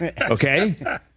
Okay